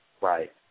Right